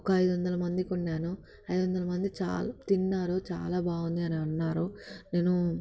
ఒక ఐదు వందల మందికి వండాను ఐదు వందల మంది చాల తిన్నారు చాలా బాగుంది అని అన్నారు నేను